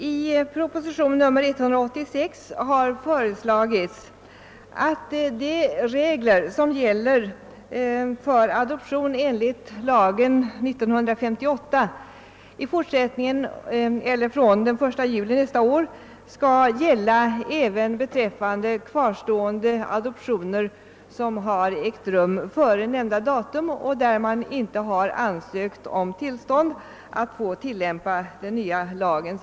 I propositionen 186 har föreslagits att de regler som gäller för adoption enligt lagen av år 1958 från den 1 juli nästa år skall gälla även beträffande kvarstående adoptioner som har ägt rum före denna lags ikraftträdande och beträffande vilka man inte har ansökt om tillstånd att tillämpa dess bestämmelser.